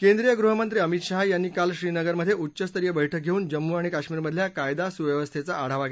केंद्रीय गृहमंत्री अमित शहा यांनी काल श्रीनगरमधे उच्च स्तरीय बैठक घेऊन जम्मू आणि काश्मीरमधल्या कायदा सुव्यवस्थेचा आढावा येतला